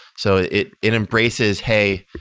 so it it embraces hey,